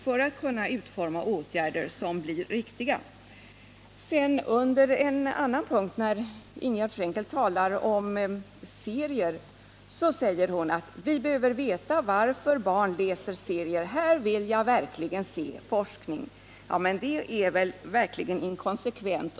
När sedan Ingegärd Frenkel beträffande en annan punkt talar om serier säger hon: Vi behöver veta varför barn läser serier, här vill jag verkligen se forskning. — Men detta är verkligen inkonsekvent.